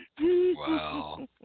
Wow